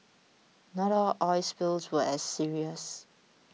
not all oil spills were as serious